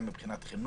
גם מבחינת חינוך,